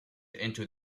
into